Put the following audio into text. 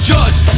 Judge